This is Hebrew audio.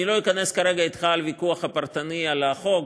אני לא אכנס אתך כרגע לוויכוח הפרטני על החוק,